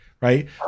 right